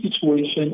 situation